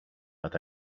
but